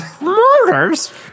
Murders